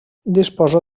disposa